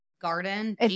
Garden